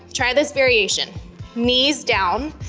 try this variation knees down,